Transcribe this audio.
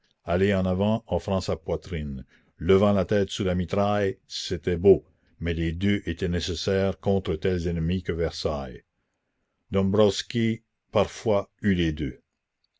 aller en avant offrant sa poitrine levant la tête sous la mitraille c'était beau mais les deux étaient nécessaires contre tels ennemis que versailles dombwroski parfois eut les deux